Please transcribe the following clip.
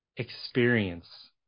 Experience